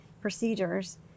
procedures